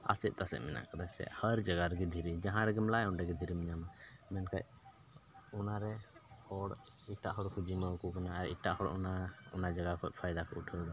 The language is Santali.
ᱟᱥᱮᱫ ᱛᱟᱥᱮᱫ ᱢᱮᱱᱟᱜ ᱠᱟᱫᱟ ᱡᱮ ᱦᱟᱨ ᱡᱟᱭᱜᱟ ᱨᱮ ᱫᱷᱤᱨᱤ ᱡᱟᱦᱟᱸ ᱨᱮᱜᱮᱢ ᱞᱟᱭᱟ ᱚᱸᱰᱮ ᱜᱮ ᱫᱷᱤᱨᱤ ᱧᱟᱢᱟ ᱢᱮᱱᱠᱷᱟᱡ ᱚᱱᱟ ᱨᱮ ᱦᱚᱲ ᱮᱴᱟᱜ ᱦᱚᱲ ᱠᱚ ᱡᱤᱢᱟᱹᱣ ᱠᱚ ᱠᱟᱱᱟ ᱟᱨ ᱮᱴᱟᱜ ᱦᱚᱲ ᱚᱱᱟ ᱡᱟᱭᱜᱟ ᱠᱷᱚᱡ ᱯᱷᱟᱭᱫᱟ ᱩᱴᱷᱟᱹᱣᱫᱟ